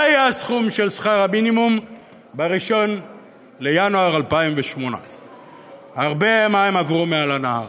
זה היה הסכום של שכר המינימום ב-1 בינואר 2018. הרבה מים עברו בנהר,